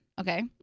okay